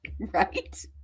right